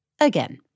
Again